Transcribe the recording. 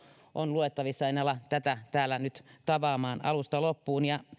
on luettavissa en ala sitä täällä nyt tavaamaan alusta loppuun